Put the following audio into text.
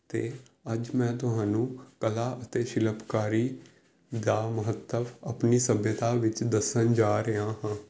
ਅਤੇ ਅੱਜ ਮੈਂ ਤੁਹਾਨੂੰ ਕਲਾ ਅਤੇ ਸ਼ਿਲਪਕਾਰੀ ਦਾ ਮਹੱਤਵ ਆਪਣੀ ਸਭਿਅਤਾ ਵਿੱਚ ਦੱਸਣ ਜਾ ਰਿਹਾ ਹਾਂ